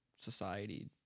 society